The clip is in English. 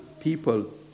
people